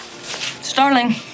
Starling